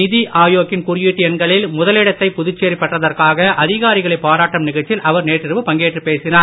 நிதி ஆயோக்கின் குறியீட்டு எண்களில் முதலிடத்தை புதுச்சேரி பெற்றதற்காக அதிகாரிகளை பாராட்டும் நிகழ்ச்சியில் அவர் நேற்றிரவு பங்கேற்றுப் பேசினார்